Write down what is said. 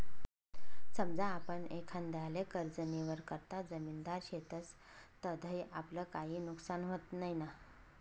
समजा आपण एखांदाले कर्जनीकरता जामिनदार शेतस तधय आपलं काई नुकसान व्हत नैना?